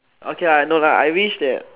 okay ah I know lah I wish that